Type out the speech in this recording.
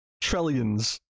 Trillions